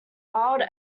wild